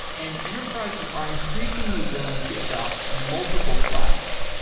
and enterprises are increasingly willing to adapt multiple clouds.